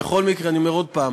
בכל מקרה, אני אומר עוד הפעם: